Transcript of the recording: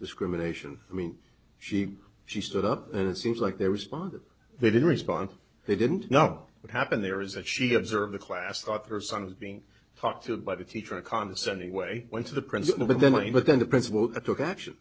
discrimination i mean she she stood up and it seems like there was a bond that they didn't respond they didn't know what happened there is that she observed the class thought her son was being talked to by the teacher a condescending way went to the principal but then again but then the principal took action